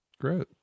Great